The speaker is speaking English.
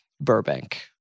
Burbank